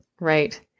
Right